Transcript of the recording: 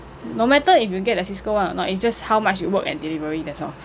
no matter if you get the CISCO one or not it's just how much you work at delivery that's all